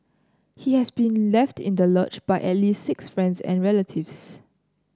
he has been left in the lurch by at least six friends and relatives